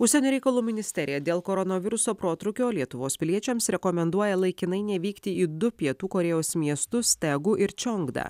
užsienio reikalų ministerija dėl koronaviruso protrūkio lietuvos piliečiams rekomenduoja laikinai nevykti į du pietų korėjos miestus tegu ir čiongdą